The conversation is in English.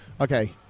okay